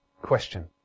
question